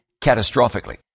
catastrophically